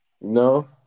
No